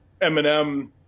Eminem